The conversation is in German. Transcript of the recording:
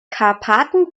karpaten